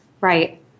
Right